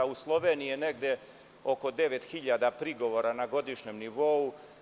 USloveniji je negde oko 9.000 prigovora na godišnjem nivou.